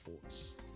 force